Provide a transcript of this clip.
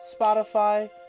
Spotify